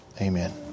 amen